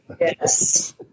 Yes